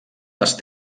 les